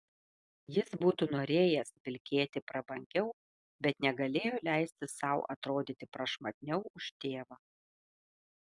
jis būtų norėjęs vilkėti prabangiau bet negalėjo leisti sau atrodyti prašmatniau už tėvą